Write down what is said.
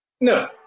No